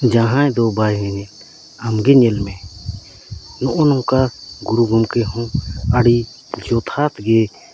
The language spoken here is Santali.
ᱡᱟᱦᱟᱸᱭ ᱫᱚ ᱵᱟᱭ ᱧᱮᱧᱮᱞ ᱟᱢᱜᱮ ᱧᱮᱞᱢᱮ ᱱᱚᱜᱼᱚ ᱱᱚᱝᱠᱟ ᱜᱩᱨᱩ ᱜᱚᱝᱠᱮ ᱦᱚᱸ ᱟᱰᱤ ᱡᱚᱛᱷᱟᱛ ᱜᱮ